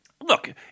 Look